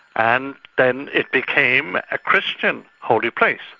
and then it became a christian holy place.